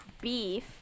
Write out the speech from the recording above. Beef